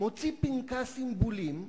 מוציא פנקס עם בולים,